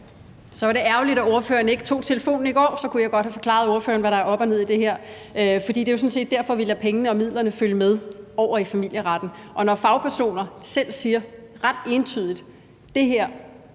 Så er det ærgerligt, at ordføreren ikke tog telefonen i går, for så kunne jeg godt have forklaret ordføreren, hvad der er op og ned i det her. For det er jo sådan set derfor, vi lader pengene og midlerne følge med over i familieretten. Og når fagpersoner selv siger ret entydigt, at det her